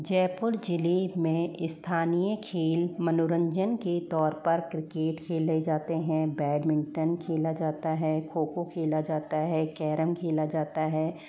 जयपुर जिले में स्थानीय खेल मनोरंजन के तौर पर क्रिकेट खेले जाते है बैटमिंटन खेला जाता है खोखो खेला जाता है कैरम खेला जाता है